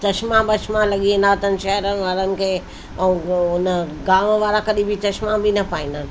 चश्मा ॿशमा लॻी वेंदा अथनि शहिरि वारनि खे ऐं हुन गांव वारा कॾहिं बि चश्मा बि न पाईंदा आहिनि